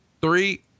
three